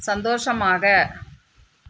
சந்தோஷமாக